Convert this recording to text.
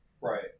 Right